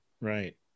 Right